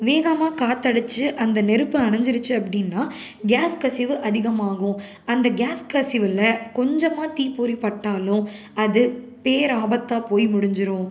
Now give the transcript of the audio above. வேகமாக காற்றடிச்சு அந்த நெருப்பு அணைஞ்சிருச்சு அப்படினா கேஸ் கசிவு அதிகமாகும் அந்த கேஸ் கசிவில் கொஞ்சமாக தீப்பொறி பட்டாலும் அது பேராபத்தாக போய் முடிஞ்சுரும்